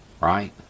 right